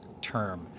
term